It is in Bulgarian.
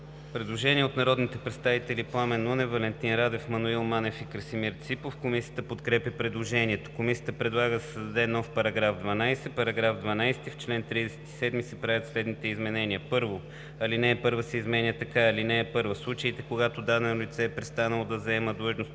Предложение от народните представители Пламен Нунев, Валентин Радев, Маноил Манев и Красимир Ципов. Комисията подкрепя предложението. Комисията предлага да се създаде нов § 12: „§ 12. В чл. 37 се правят следните изменения: 1. Алинея 1 се изменя така: „(1) В случаите, когато дадено лице е престанало да заема длъжност